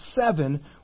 Seven